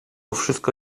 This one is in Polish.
wszystko